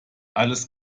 alles